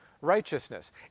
righteousness